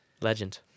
Legend